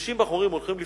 ו-60 בחורים הולכים לפרוץ,